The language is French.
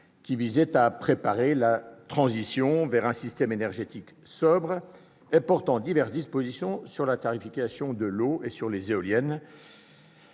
2013 visant à préparer la transition vers un système énergétique sobre et portant diverses dispositions sur la tarification de l'eau et sur les éoliennes.